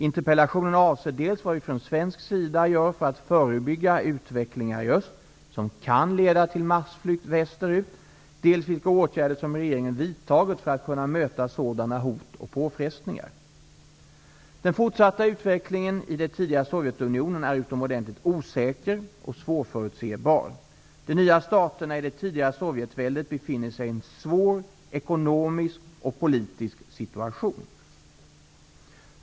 Interpellationen avser dels vad vi från svensk sida gör för att förebygga utvecklingar i öst som kan leda till massflykt västerut, dels vilka åtgärder som regeringen vidtagit för att kunna möta sådana hot och påfrestningar. Sovjetunionen är utomordentligt osäker och svårförutsägbar. De nya staterna i det tidigare sovjetväldet befinner sig i en svår ekonomisk och politisk situation.